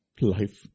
life